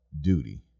duty